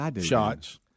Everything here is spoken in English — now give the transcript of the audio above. shots